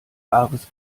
wahres